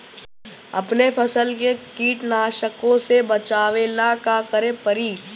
अपने फसल के कीटनाशको से बचावेला का करे परी?